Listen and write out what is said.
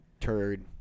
turd